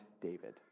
David